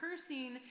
cursing